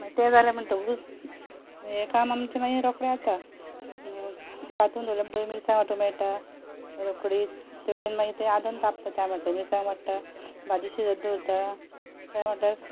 मागीर तें जालें म्हणटकूच हें काम आमचें मागीर रोखडेंच जाता कांतून दवरलें म्हणटकीच मिरसांग वांटूंक मेळटा रोखडीच तेवटेन मागीर तें आदन तापता मिरसांग वांट्टा भाजी शिजोवंक दवरतां त्या म्हटल्यार